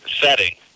setting